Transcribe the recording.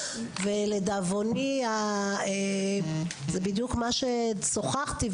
ולדאבוני זה בדיוק מה ששוחחתי,